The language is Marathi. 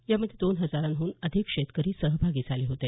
यामध्ये दोन हजारांहून अधिक शेतकरी सहभागी झाले होते